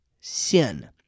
sin